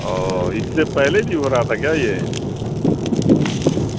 اور اس سے پہلے بھی ہو رہا تھا کیا یہ